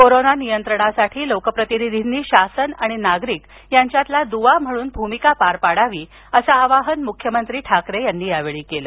corona नियंत्रणासाठी लोकप्रतिनिधींनी शासन आणि नागरिक यांच्यातील दुवा म्हणून भूमिका पार पाडावी असं आवाहन मुख्यमंत्री ठाकरे यांनी यावेळी केलं